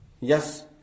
Yes